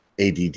ADD